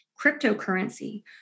cryptocurrency